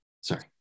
Sorry